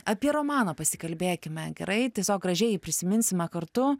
apie romaną pasikalbėkime gerai tiesiog gražiai jį prisiminsime kartu